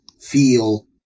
feel